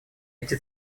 эти